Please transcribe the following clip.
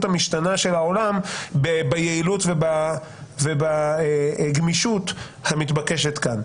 המשתנה של העולם ביעילות ובגמישות המתבקשת כאן.